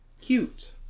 Cute